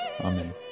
Amen